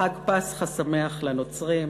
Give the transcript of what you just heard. חג פסחא שמח לנוצרים,